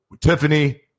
Tiffany